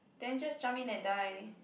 then just jump in and die